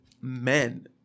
men